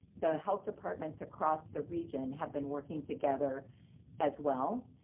the health department's across the region have been working together as well.